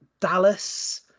Dallas